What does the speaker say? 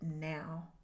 now